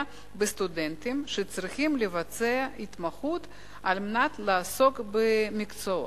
בסטודנטים שצריכים לבצע התמחות על מנת לעסוק במקצוע.